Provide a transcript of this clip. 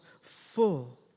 full